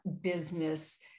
business